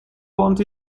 want